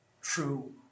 true